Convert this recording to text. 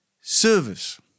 service